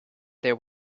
there